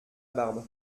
barbe